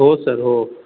हो सर हो